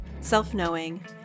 self-knowing